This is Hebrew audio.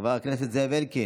חבר הכנסת זאב אלקין?